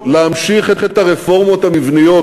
להמשיך את הרפורמות המבניות,